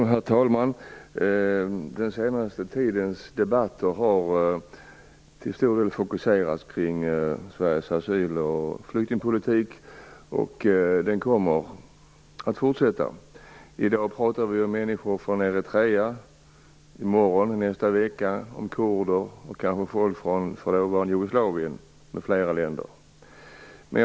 Herr talman! Den senaste tidens debatt har till stor del fokuserats kring Sveriges asyl och flyktingpolitik, och den debatten kommer att fortsätta. I dag talar vi om människor från Eritrea. I morgon eller nästa vecka kan det handla om kurder eller folk från det förutvarande Jugoslavien. Herr talman!